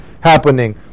happening